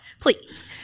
please